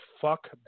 Fuck